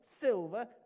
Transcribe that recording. silver